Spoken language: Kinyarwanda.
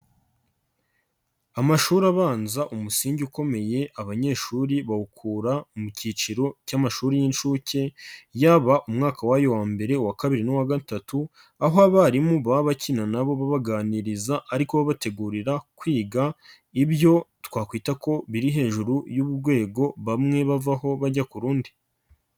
Amashuri abanza umusingi ukomeye abanyeshuri bawukura mu cyiciro cy'amashuri y'inshuke, yaba umwaka wayo wa mbere, uwa kabiri n'uwa gatatu, aho abarimu baba bakina nabo babaganiriza ariko bategurira kwiga ibyo twakwita ko biri hejuru y'urwego bamwe bavaho bajya ku rundi.